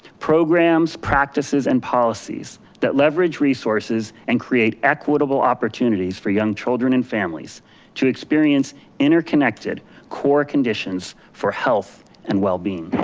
programs, practices and policies that leverage resources and create equitable opportunities for young children and families to experience interconnected core conditions for health and well being.